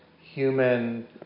human